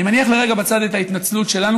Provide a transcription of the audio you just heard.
אני מניח לרגע בצד את ההתנצלות שלנו,